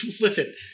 Listen